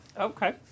Okay